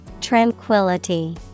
Tranquility